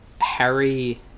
Harry